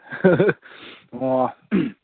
ꯑꯣ